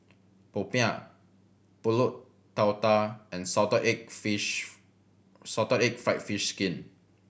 popiah Pulut Tatal and salted egg fish salted egg fried fish skin